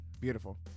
Beautiful